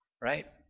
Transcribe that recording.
Right